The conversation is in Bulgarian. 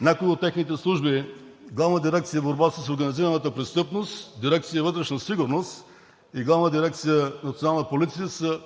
някои от техните служби – Главна дирекция „Борба с организираната престъпност“, Дирекция „Вътрешна сигурност, и Главна дирекция „Национална полиция“, са